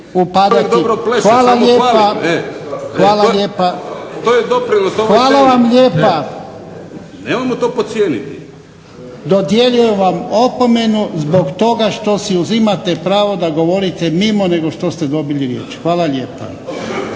se ne razumije./… Dodjeljujem vam opomenu, zbog toga što si uzimate pravo da govorite mimo nego što ste dobili riječ. Hvala lijepa.